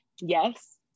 yes